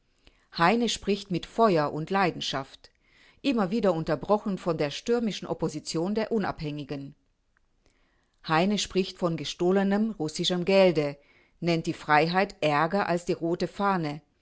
heine spricht mit feuer u leidenschaft immer wieder unterbrochen v d stürm opposition der unabhängigen heine spricht von gestohlenem gelde nennt die freiheit ärger als die rote fahne